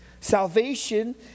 Salvation